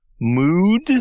mood